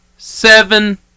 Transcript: Seven